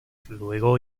luego